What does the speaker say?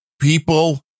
people